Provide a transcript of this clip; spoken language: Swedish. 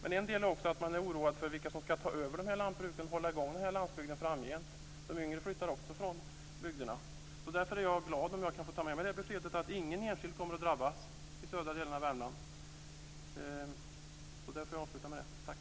En annan del är att man oroad för vilka som ska ta över de här lantbruken och hålla i gång landsbygden framgent. De yngre flyttar också från bygderna. Därför är jag glad om jag kan få ta med mig det beskedet att ingen enskild kommer att drabbas i södra delarna av Värmland. Jag avlutar med det.